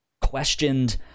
questioned